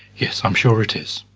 yes, i am sure it is.